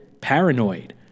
Paranoid